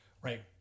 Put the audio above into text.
right